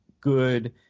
good